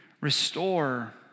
restore